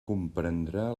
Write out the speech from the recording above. comprendrà